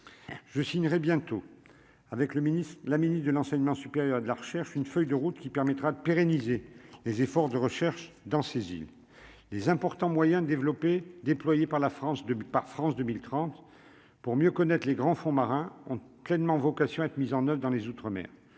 je signerai bientôt avec le ministre et la ministre de l'enseignement supérieur de la recherche, une feuille de route qui permettra de pérenniser les efforts de recherche dans ces îles les importants moyens développés déployée par la France depuis par France 2030 pour mieux connaître les grands fonds marins ont clairement vocation à être mises en Oeuvres dans les outre-mer